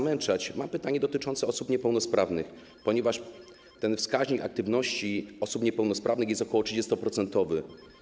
Mam pytanie dotyczące osób niepełnosprawnych, ponieważ wskaźnik aktywności osób niepełnosprawnych jest ok. 30-procentowy.